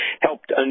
helped